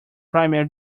primary